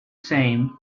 same